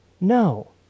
No